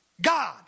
God